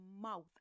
mouth